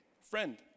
friend